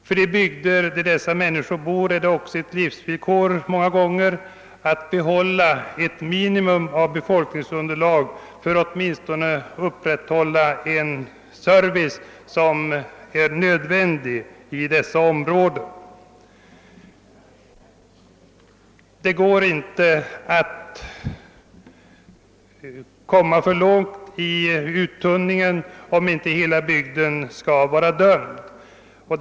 För de bygder där dessa människor bor är det många gånger ett livsvillkor att behålla åtminstone det minimum av befolkningsunderlag som behövs för att kunna upprätthålla nödvändig service. Uttunningen får inte gå för långt om inte hela bygden skall vara dömd.